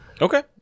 Okay